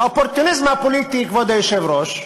האופורטוניזם הפוליטי, כבוד היושב-ראש,